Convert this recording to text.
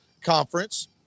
conference